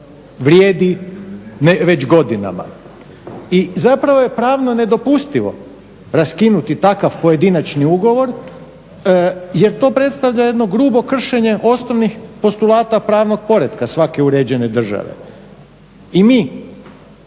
vrijedi već godinama. I zapravo je pravno nedopustivo raskinuti takav pojedinačni ugovor, jer to predstavlja jedno grubo kršenje osnovnih postulata pravnog poretka svake uređene države. I mi